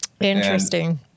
Interesting